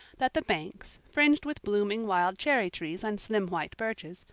that the banks, fringed with blooming wild cherry-trees and slim white birches,